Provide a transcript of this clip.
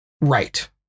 Right